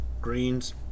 greens